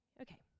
Okay